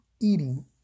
eating